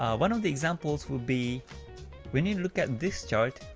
ah one of the examples would be when you look at this chart,